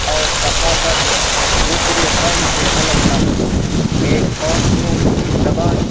اور ثقافت دوسرے قوم سے الگ نہ ہوں ایک قوم کو ان کی زبان